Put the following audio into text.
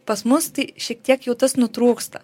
pas mus tai šiek tiek jau tas nutrūksta